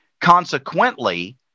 Consequently